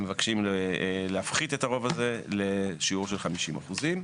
מבקשים להפחית את הרוב הזה לשיעור של 50 אחוזים.